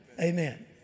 Amen